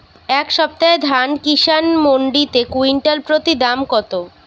এই সপ্তাহে ধান কিষান মন্ডিতে কুইন্টাল প্রতি দাম কত?